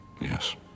Yes